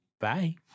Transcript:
Bye